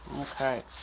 Okay